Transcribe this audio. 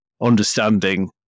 understanding